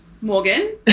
Morgan